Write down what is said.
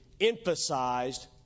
emphasized